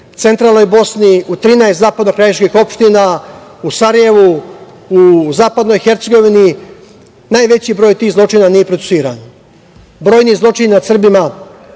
centralnoj Bosni, u 13 zapadno krajiških opština, u Sarajevu, u zapadnoj Hercegovini. Najveći broj tih zločina nije procesuiran. Brojni zločini nad Srbima,